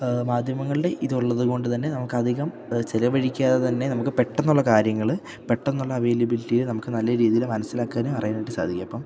മാധ്യമങ്ങളുടെ ഇതുള്ളതുകൊണ്ട് തന്നെ നമുക്കധികം ചെലവഴിക്കാതെ തന്നെ നമുക്ക് പെട്ടെന്നുള്ള കാര്യങ്ങള് പെട്ടെന്നുള്ള അവൈലബിലിറ്റിയെ നമുക്ക് നല്ല രീതിയില് മനസ്സിലാക്കാനും അറിയാനായിട്ടും സാധിക്കും അപ്പം